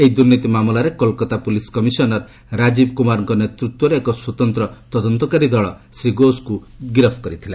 ଏହି ଦୁର୍ନୀତି ମାମଲାରେ କୋଲ୍କାତା ପୁଲିସ୍ କମିଶନର ରାଜୀବ୍ କୁମାରଙ୍କ ନେତୃତ୍ୱରେ ଏକ ସ୍ୱତନ୍ତ ତଦନ୍ତକାରୀ ଦଳ ଶ୍ରୀ ଘୋଷଙ୍କୁ ଗିରଫ କରିଥିଲା